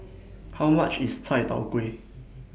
How much IS Chai Tow Kuay